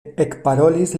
ekparolis